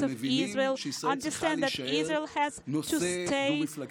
מבינים שישראל צריכה להישאר נושא דו-מפלגתי,